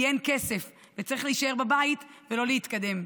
כי אין כסף וצריך להישאר בבית ולא להתקדם.